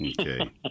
Okay